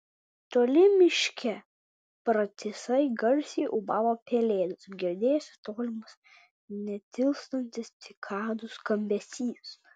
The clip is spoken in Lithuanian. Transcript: toli miške pratisai garsiai ūbavo pelėdos girdėjosi tolimas netilstantis cikadų skambesys